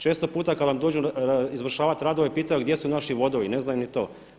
Često puta kad vam dođu izvršavati radove pitaju gdje su naši vodovi, ne znaju ni to.